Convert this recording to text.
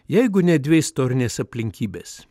jeigu ne dvi istorinės aplinkybės